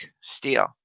steel